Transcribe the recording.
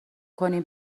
کنیم